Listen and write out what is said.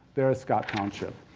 there is scott township.